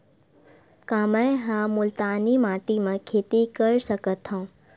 का मै ह मुल्तानी माटी म खेती कर सकथव?